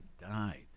died